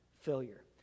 failure